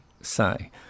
say